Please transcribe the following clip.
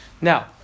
Now